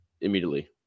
immediately